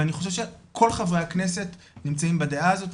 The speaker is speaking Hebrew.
ואני חושב שכל חברי הכנסת נמצאים בדעה הזאת,